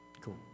cool